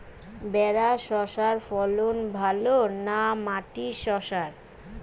ভেরার শশার ফলন ভালো না মাটির শশার?